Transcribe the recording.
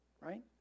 right